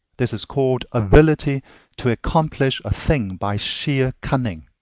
this is called ability to accomplish a thing by sheer cunning.